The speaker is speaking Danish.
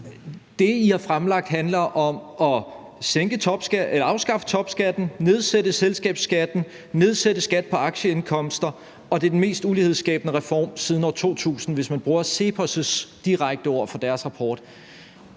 det, I har fremlagt, handler om at afskaffe topskatten, nedsætte selskabsskatten, nedsætte skat på aktieindkomster, og at det er den mest ulighedsskabende reform siden år 2000, hvis man bruger CEPOS' ord direkte fra deres rapport.